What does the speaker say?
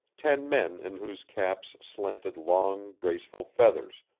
ten men in whose caps slanted long, graceful feathers,